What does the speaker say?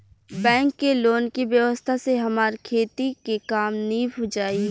bank के loan के व्यवस्था से हमार खेती के काम नीभ जाई